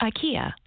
Ikea